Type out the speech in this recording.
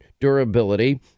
durability